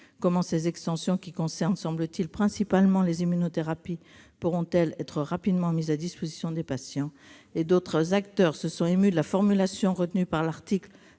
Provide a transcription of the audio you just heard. Comment ces extensions, qui concernent principalement les immunothérapies, semble-t-il, pourront-elles être rapidement mises à disposition des patients ? D'autres acteurs se sont émus de la formulation retenue dans l'article